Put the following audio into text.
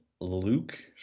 Luke